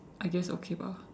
I guess okay bah